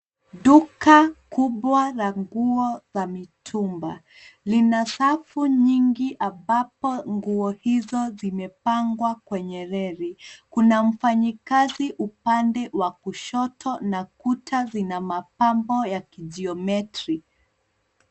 Duka kubwa la nguo za mitumba lina safu nyingi ambapo nguo hizo zimepangwa kwenye reli. Kuna mfanyikazi upande wa kushoto na kuta zina mapambo ya kijiometri.